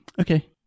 Okay